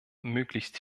möglichst